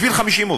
בשביל 50 עובדים.